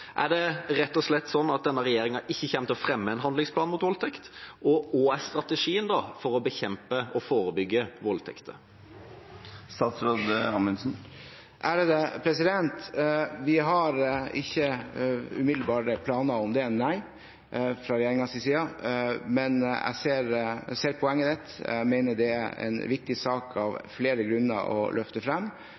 Er det rett og slett sånn at denne regjeringa ikke kommer til å fremme en handlingsplan mot voldtekt, og hva er strategien da for å bekjempe og forebygge voldtekter? Vi har ikke umiddelbare planer om det fra regjeringens side, men jeg ser poenget. Jeg mener det av flere grunner er en viktig sak å løfte frem.